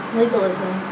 legalism